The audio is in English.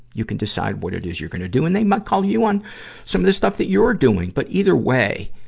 you can decide what it is you're gonna do. and they might call you on some of the stuff that you're doing. but, either way,